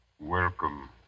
Welcome